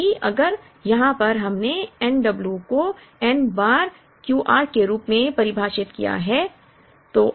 क्योंकि अगर यहाँ पर हमने n w को n बार Q r के रूप में परिभाषित किया है